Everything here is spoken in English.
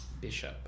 Bishop